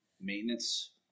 Maintenance